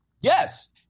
Yes